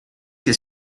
que